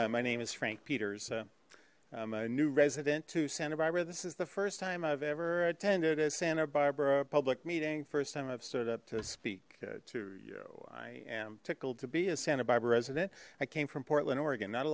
light my name is frank peters a new resident to santa barbara this is the first time i've ever attended a santa barbara public meeting first time i've stood up to speak to you i am tickled to be a santa barbara resident i came from portland oregon not a